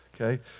okay